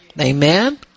Amen